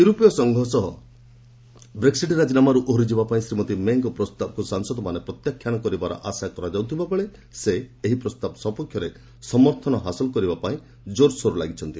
ୟୁରୋପୀୟ ସଂଘ ସହ ବେକ୍ସିଟି ରାଜିନାମାରୁ ଓହରିଯିବା ପାଇଁ ଶ୍ରୀମତୀ ମେ'ଙ୍କର ପ୍ରସ୍ତାବକୁ ସାଂସଦମାନେ ପ୍ରତ୍ୟାଖ୍ୟାନ କରିବାର ଆଶା କରାଯାଉଥିବାବେଳେ ସେ ଏହି ପ୍ରସ୍ତାବ ସପକ୍ଷରେ ସମର୍ଥନ ହାସଲ କରିବା ପାଇଁ ଜୋରସୋର ଲାଗିଛନ୍ତି